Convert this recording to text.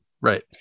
right